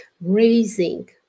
raising